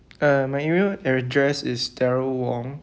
uh my email address is darryl wong